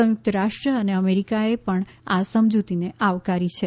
સંયુક્ત રાષ્ટ્ર અને અમેરિકાએ પણ આ સમજૂતીને આવકારી છે